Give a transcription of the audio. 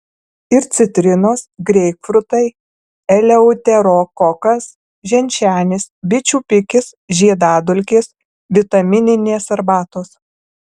ir citrinos greipfrutai eleuterokokas ženšenis bičių pikis žiedadulkės vitamininės arbatos